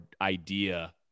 idea